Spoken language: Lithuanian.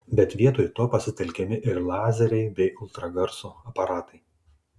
bet vietoj to pasitelkiami ir lazeriai bei ultragarso aparatai